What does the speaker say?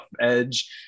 edge